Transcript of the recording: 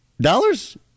dollars